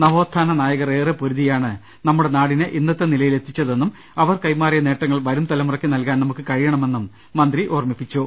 നവോത്ഥാന നായകർ ഏറെ പൊരുതിയാണ് നമ്മുടെ നാടിനെ ഇന്നത്തെ നിലയിലെത്തിയതെന്നും അവർ കൈമാറിയ നേട്ടങ്ങൾ വരും തലമുറയ്ക്ക് നൽകാൻ നമുക്ക് കഴിയണമെന്നും മന്ത്രി ഓർമ്മിപ്പിച്ചു